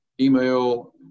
email